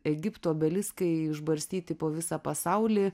egipto obeliskai išbarstyti po visą pasaulį